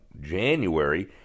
January